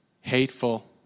hateful